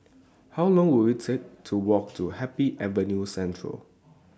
How Long Will IT Take to Walk to Happy Avenue Central